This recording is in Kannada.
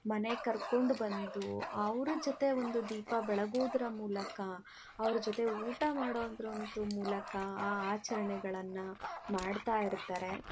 ಮನೆಗೆ ಕರ್ಕೊಂಡು ಬಂದು ಅವರ ಜೊತೆ ಒಂದು ದೀಪ ಬೆಳಗುವುದರ ಮೂಲಕ ಅವ್ರ ಜೊತೆ ಊಟ ಮಾಡೋವಂಥದ್ ಮೂಲಕ ಆ ಆಚರಣೆಗಳನ್ನು ಮಾಡ್ತಾ ಇರ್ತಾರೆ